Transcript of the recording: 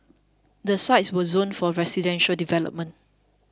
the sites were zoned for residential development